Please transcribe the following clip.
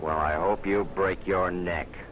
where i hope you break your neck